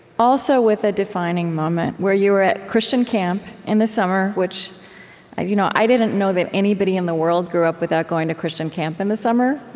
also, with a defining moment, where you were at christian camp in the summer, which i you know i didn't know that anybody in the world grew up without going to christian camp in the summer.